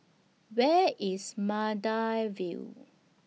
Where IS Maida Vale